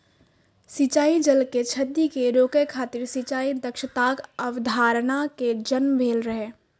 सिंचाइ जल के क्षति कें रोकै खातिर सिंचाइ दक्षताक अवधारणा के जन्म भेल रहै